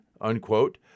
unquote